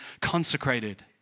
consecrated